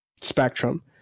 spectrum